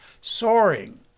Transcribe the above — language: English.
soaring